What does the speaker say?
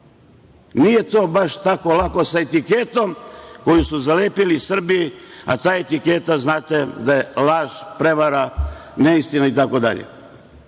Nije to baš tako lako, sa etiketom koju su zalepili Srbiji, a ta etiketa znate da je laž, prevara, neistina itd. Na